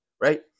right